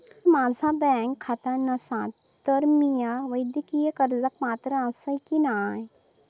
जर माझा बँक खाता नसात तर मीया वैयक्तिक कर्जाक पात्र आसय की नाय?